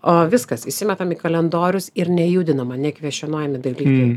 o viskas įsimetam į kalendorius ir nejudinama nekvesčionuojami dalykai